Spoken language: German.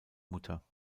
mutter